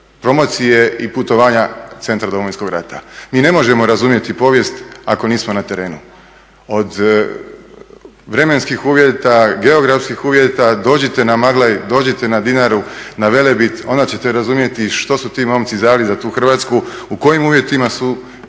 promocije i putovanja centra Domovinskog rata. Mi ne možemo razumjeti povijesti ako nismo na terenu. Od vremenskih uvjeta, geografskih uvjeta dođite na …, dođite na Dinaru, na Velebit, onda ćete razumjeti što su ti momci dali za tu Hrvatsku, u kojim uvjetima su